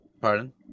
Pardon